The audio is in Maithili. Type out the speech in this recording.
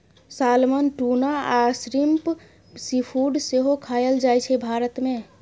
सालमन, टुना आ श्रिंप सीफुड सेहो खाएल जाइ छै भारत मे